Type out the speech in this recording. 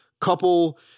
couple